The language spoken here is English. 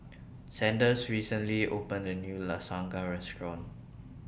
Sanders recently opened A New Lasagne Restaurant